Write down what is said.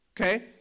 Okay